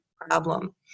problem